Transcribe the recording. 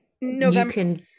November